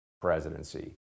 presidency